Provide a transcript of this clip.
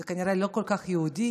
זה כנראה לא כל כך יהודי,